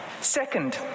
Second